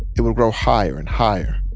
it would grow higher and higher.